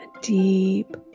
deep